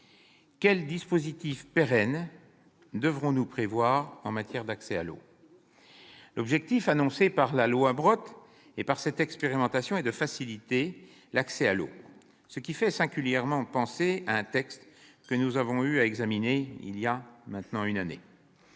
quel dispositif pérenne devrons-nous prévoir en matière d'accès à l'eau ? L'objectif visé par la loi Brottes et par cette expérimentation, faciliter l'accès à l'eau, fait singulièrement penser à un texte que nous avons examiné voilà un an. Je pense